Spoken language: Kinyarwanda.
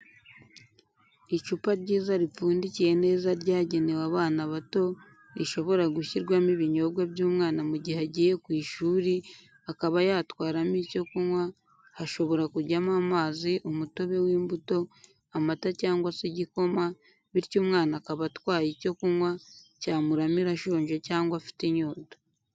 Icupa ryiza ripfundikiye neza ryagenewe abana bato rishobora gushyirwamo ibinyobwa by'umwana mu gihe agiye ku ishuri akaba yatwaramo icyo kunywa hashobora kujyamo amazi umutobe w'imbuto, amata cyangwa se igikoma bityo umwana akaba atwaye icyo kunywa cyamuramira ashonje cyangwa afite inyota.